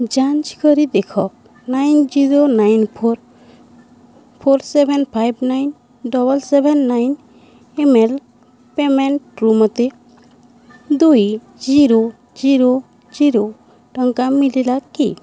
ଯାଞ୍ଚ କରି ଦେଖ nine zero nine four four seven five nine double seven nine email ପେମେଣ୍ଟରୁ ମୋତେ ଦୁଇ ଜିରୋ ଜିରୋ ଜିରୋ ଟଙ୍କା ମିଳିଲା କି